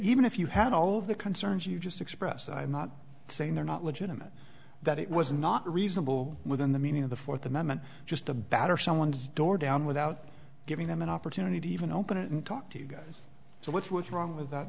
even if you had all of the concerns you just express i'm not saying they're not legitimate that it was not reasonable within the meaning of the fourth amendment just a batter someone's door down without giving them an opportunity even open and talk to you guys so what's what's wrong with